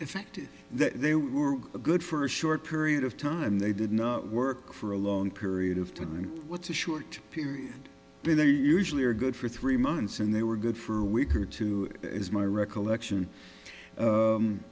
effective that they were good for a short period of time they did not work for a long period of time and what's a short period been they usually are good for three months and they were good for a week or two as my recollection